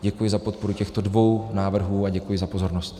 Děkuji za podporu těchto dvou návrhů a děkuji za pozornost.